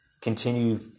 continue